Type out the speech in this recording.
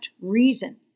reason